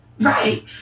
Right